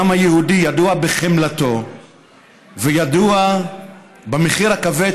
העם היהודי ידוע בחמלתו וידוע במחיר הכבד